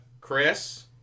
Chris